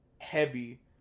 heavy